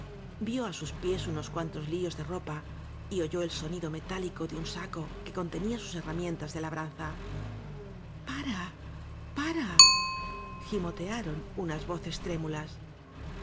vió á sus pies unoscuantos líos de ropa y oyó el so nido metálico de un saco que contenía sus herra mientas de labranza pare pare gimotearon unas vocestrém